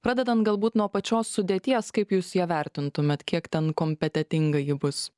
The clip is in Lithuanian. pradedant galbūt nuo pačios sudėties kaip jūs ją vertintumėt kiek ten kompetentinga ji bus